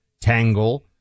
tangle